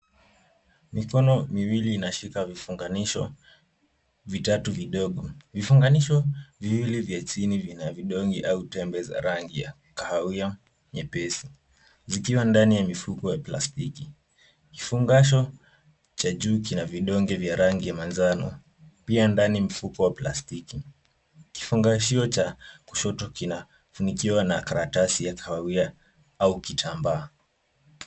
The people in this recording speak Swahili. Mikono miwili inashika vifunganisho vitatu vidogo. Vifunganisho viwili vya chini vina vidonge au tembe za rangi ya kahawia nyepesi zikiwa ndani ya mifuko ya plastiki. Kifungasho cha juu kina vidonge vya rangi ya manjano pia ndani mfuko wa plastiki. Kifungashio cha kushoto kinafunikiwa na karatasi ya kahawia au kitambaa.